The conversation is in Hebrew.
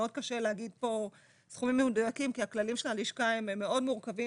מאוד קשה להגיד פה סכומים מדויקים כי הכללים של הלשכה הם מאוד מורכבים